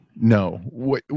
No